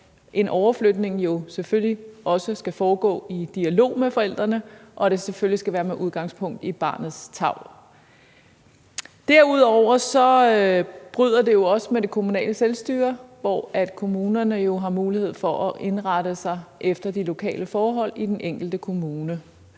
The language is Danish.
en overflytning også skal foregå i dialog med forældrene, og at det selvfølgelig skal være med udgangspunkt i barnets tarv. Derudover bryder det jo også med det kommunale selvstyre, hvor kommunerne har mulighed for at indrette sig efter de lokale forhold i den enkelte kommune.